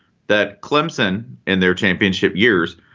that clemson and their championship years,